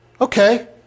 Okay